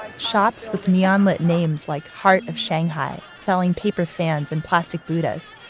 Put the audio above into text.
shops with neon-lit names like heart of shanghai, selling paper fans and plastic buddhas,